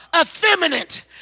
effeminate